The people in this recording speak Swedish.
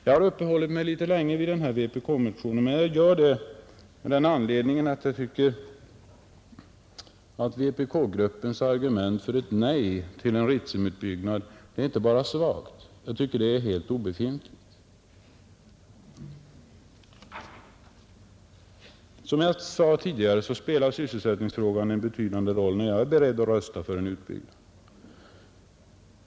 Jag har uppehållit mig ganska länge vid den här vpk-motionen, men jag har gjort det av den anledningen att jag tyckte att vpk-gruppens argument för ett nej till Ritsemutbyggnaden inte bara är svagt — jag tycker de är helt obefintliga. Som jag sade tidigare spelar sysselsättningsfrågan en betydande roll, när jag är beredd att rösta för en utbyggnad.